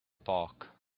park